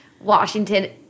Washington